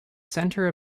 center